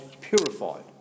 purified